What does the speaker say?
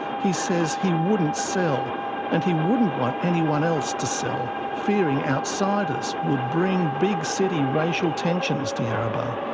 he says he wouldn't sell and he wouldn't want anyone else to sell, fearing outsiders would bring big-city racial tensions to yarrabah.